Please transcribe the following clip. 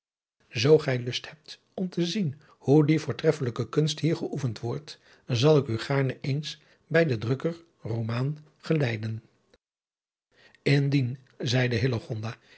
zoo gij lust hebt om te zien hoe die voortreffelijke kunst hier geoefend wordt zal ik u gaarne eens bij den drukker rooman geleiden indien zeide